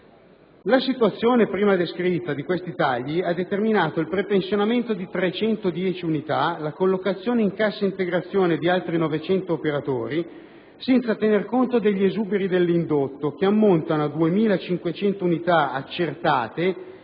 La situazione di questi tagli poc'anzi descritta ha determinato il prepensionamento di 310 unità, la collocazione in cassa integrazione di altri 900 operatori, senza tener conto degli esuberi dell'indotto, che ammontano a 2.500 unità accertate